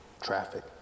Traffic